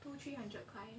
two three hundred kind